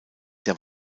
der